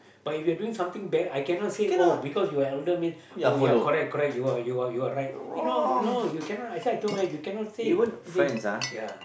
but if you're doing something bad I cannot say oh because you're elder means oh ya correct correct you are you are you are right you know you know you cannot I say I cannot you cannot say anything ya